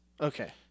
Okay